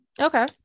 Okay